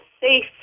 safe